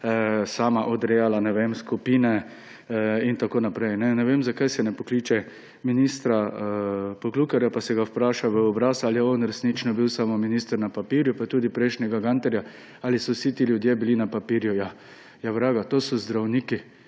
sama odrejala skupine in tako naprej. Ne vem, zakaj se ne pokliče ministra Poklukarja in se ga vpraša v obraz, ali je on resnično bil samo minister na papirju, pa tudi prejšnjega, Gantarja, ali so vsi ti ljudje bili na papirju. Ja, vraga, to so zdravniki!